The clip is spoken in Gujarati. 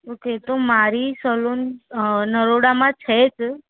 ઓકે તો મારી સલૂન નરોડામાં છે જ